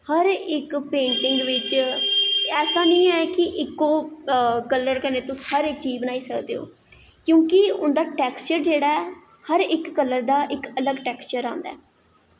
हर इक्क दे पेज़ च ऐसा निं ऐ कि कोई कलर कन्नै तुस हर इक्क चीज़ बनाई सकदे ओ कि उं'दा टेक्सचर जेहड़ा ऐ हर इक्क चीज़ दा अलग टेक्सचर आंदा ऐ